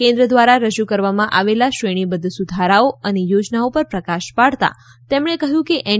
કેન્દ્ર દ્વારા રજૂ કરવામાં આવેલા શ્રેણીબદ્ધ સુધારાઓ અને યોજનાઓ પર પ્રકાશ પાડતાં તેમણે કહ્યું કે એન